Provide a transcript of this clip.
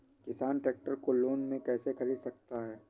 किसान ट्रैक्टर को लोन में कैसे ख़रीद सकता है?